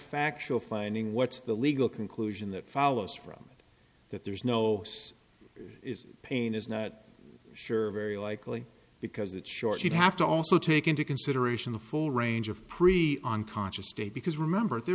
factual finding what's the legal conclusion that follows from that there's no pain is not sure very likely because that short you'd have to also take into consideration the full range of pre unconscious state because remember